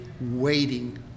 waiting